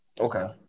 okay